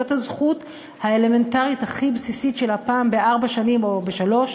זאת הזכות האלמנטרית הכי בסיסית של פעם בארבע שנים או שלוש,